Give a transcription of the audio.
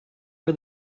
for